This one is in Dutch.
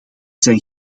zijn